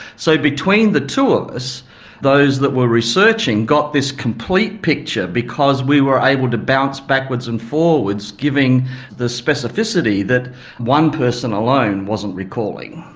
so between the two of us those that were researching got this complete picture because we were able to bounce backwards and forwards giving the specificity that one person alone wasn't recalling.